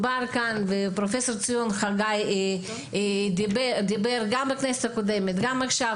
פרןפ' ציון חגי דיבר גם בכנסת הקודמת וגם עכשיו,